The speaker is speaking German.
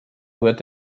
rührt